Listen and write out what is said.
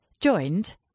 Joined